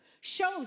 shows